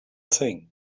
thing